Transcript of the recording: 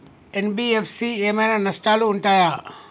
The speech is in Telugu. ఎన్.బి.ఎఫ్.సి ఏమైనా నష్టాలు ఉంటయా?